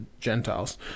Gentiles